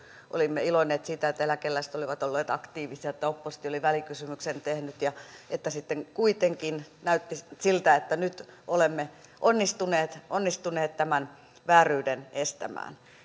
olimme iloinneet siitä että eläkeläiset olivat olleet aktiivisia ja että oppositio oli välikysymyksen tehnyt ja että sitten kuitenkin näytti siltä että nyt olemme onnistuneet onnistuneet tämän vääryyden estämään